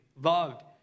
loved